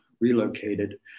relocated